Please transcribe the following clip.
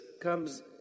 comes